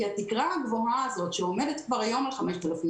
כי התקרה הגבוהה הזאת שעומדת היום כבר על 5,000